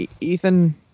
Ethan